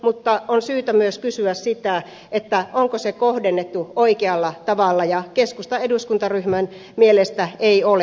mutta on syytä myös kysyä sitä onko se kohdennettu oikealla tavalla ja keskustan eduskuntaryhmän mielestä ei ole